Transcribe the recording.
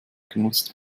genutzt